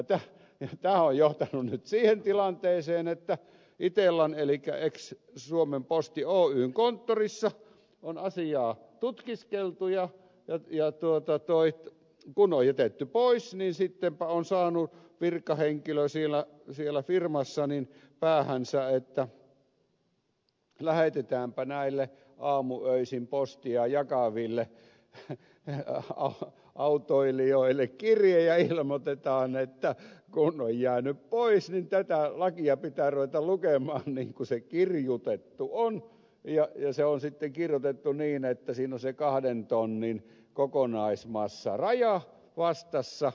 tämä on johtanut nyt siihen tilanteeseen että itellan elikkä ex suomen posti oyn konttorissa on asiaa tutkiskeltu ja kun se on jätetty pois niin sittenpä on saanut virkahenkilö siellä firmassa päähänsä että lähetetäänpä näille aamuöisin postia jakaville autoilijoille kirje ja ilmoitetaan että kun on jäänyt pois niin tätä lakia pitää ruveta lukemaan niin kuin se kirjoitettu on ja se on sitten kirjoitettu niin että siinä on se kahden tonnin kokonaismassaraja vastassa